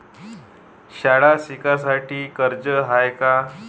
शाळा शिकासाठी कर्ज हाय का?